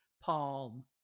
Palm